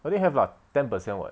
I think have ah ten percent [what]